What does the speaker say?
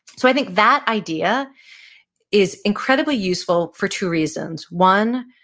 so i think that idea is incredibly useful for two reasons. one,